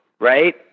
right